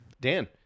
Dan